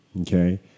okay